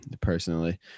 personally